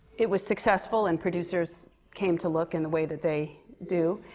it was successful and producers came to look in the way that they do.